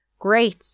great